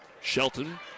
Shelton